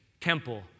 temple